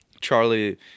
Charlie